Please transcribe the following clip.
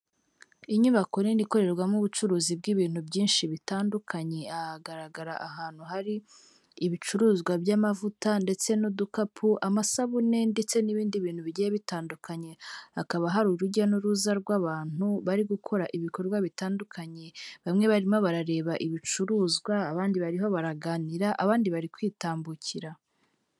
Inyubako nini ikorerwamo ubucuruzi bw'ibintu byinshi bitandukanye, hagaragara ahantu hari ibicuruzwa by'amavuta ndetse n'udukapu, amasabune ndetse n'ibindi bintu bigiye bitandukanye, hakaba hari urujya n'uruza rw'abantu bari gukora ibikorwa bitandukanye; bamwe barimo barareba ibicuruzwa, abandi bariho baraganira, abandi bari kwitambukira.